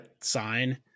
sign